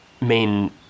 main